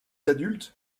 adultes